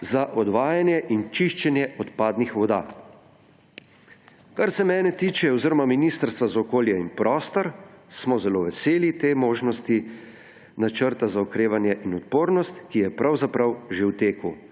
za odvajanje in čiščenje odpadnih voda. Kar se mene tiče oziroma Ministrstva za okolje in prostor, smo zelo veseli te možnosti Načrta za okrevanje in odpornost, ki je pravzaprav že v teku.